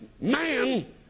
man